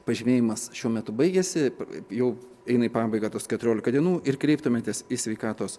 pažymėjimas šiuo metu baigiasi jau eina į pabaigą tos keturiolika dienų ir kreiptumėtės į sveikatos